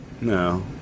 No